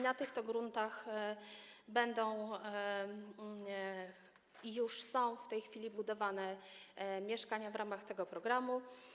Na tych to gruntach będą i już są w tej chwili budowane mieszkania w ramach tego programu.